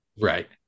Right